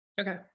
Okay